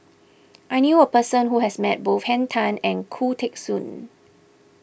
I knew a person who has met both Henn Tan and Khoo Teng Soon